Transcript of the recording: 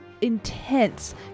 intense